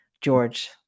George